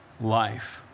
life